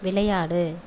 விளையாடு